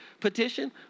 petition